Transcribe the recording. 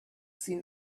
seen